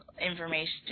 information